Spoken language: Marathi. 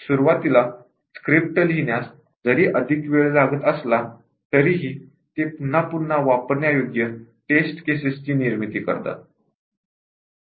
सुरुवातीला स्क्रिप्ट लिहिण्यास जरी अधिक वेळ लागत असला तरीही ते पुन्हा पुन्हा वापरण्यायोग्य टेस्ट केस ची निर्मिती करतात